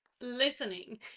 listening